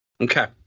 Okay